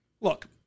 Look